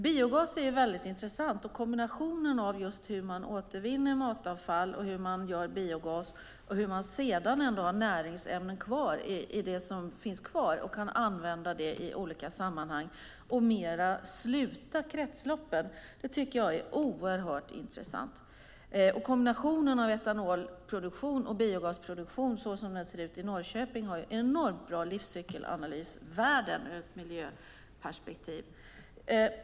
Biogas är mycket intressant. Kombinationen av hur man återvinner matavfall och gör biogas och sedan ändå har näringsämnen kvar i det som finns kvar och kan använda det i olika sammanhang och sluta kretsloppen är oerhört intressant. Kombinationen av etanolproduktion och biogasproduktion såsom den ser ut i Norrköping har enormt bra livscykelanalysvärden ur ett miljöperspektiv.